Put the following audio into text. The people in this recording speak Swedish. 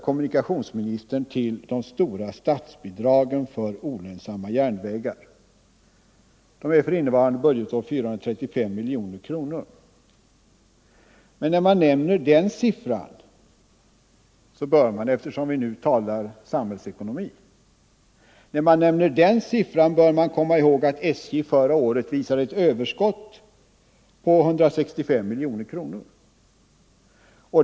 Kommunikationsministern hänvisade till de stora statsbidragen för olönsamma järnvägar. De är för innevarande budgetår 435 miljoner kronor. När man nämner den siffran bör man — eftersom vi nu talar samhällsekonomi - komma ihåg att SJ förra året visade ett överskott på 165 miljoner kronor.